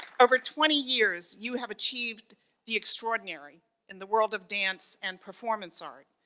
over twenty years you have achieved the extraordinary in the world of dance and performance art.